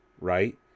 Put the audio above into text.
right